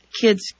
kids